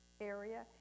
area